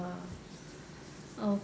oh